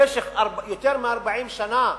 במשך יותר מ-40 שנה,